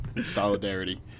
Solidarity